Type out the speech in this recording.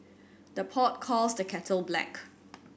the pot calls the kettle black